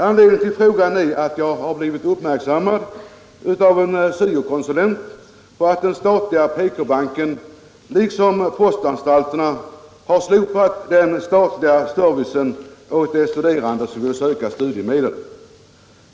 Anledningen till frågan är att jag har blivit uppmärksammad av en syokonsulent på att den statliga PK-banken liksom postanstalterna har slopat den tidigare servicen åt de studerande som vill söka studiemedel.